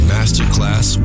Masterclass